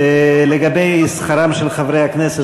לגבי שכרם של חברי הכנסת,